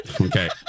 okay